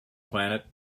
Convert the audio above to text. planet